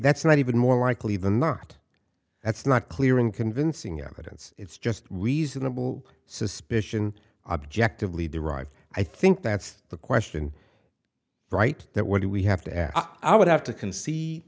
that's not even more likely than not that's not clear and convincing evidence it's just reasonable suspicion objectively derived i think that's the question right there what do we have to ask i would have to can see